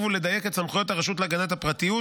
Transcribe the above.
ולדייק את סמכויות הרשות להגנת הפרטיות,